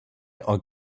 are